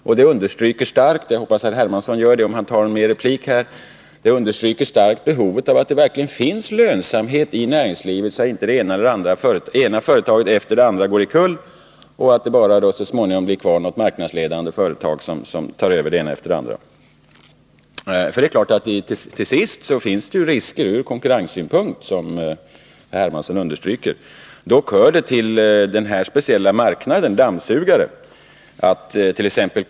Och det understryker starkt — jag hoppas att herr Hermansson tar upp det i sitt eventuellt kommande anförande — behovet av att det verkligen 17 finns lönsamhet i näringslivet så att inte det ena företaget efter det andra går omkull och det så småningom blir kvar något marknadsledande företag som tar över det ena företaget efter det andra. Till sist finns det risker ur konkurrenssynpunkt, som herr Hermansson understryker. Dock hör det till den här speciella marknaden, dammsugarmarknaden, attt.ex.